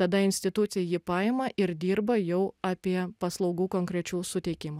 tada institucija jį paima ir dirba jau apie paslaugų konkrečių suteikimą